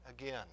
again